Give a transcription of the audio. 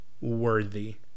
worthy